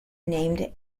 named